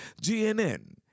GNN